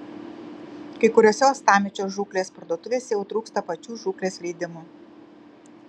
kai kuriose uostamiesčio žūklės parduotuvėse jau trūksta pačių žūklės leidimų